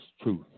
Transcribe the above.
truth